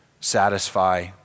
satisfy